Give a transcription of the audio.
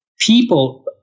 people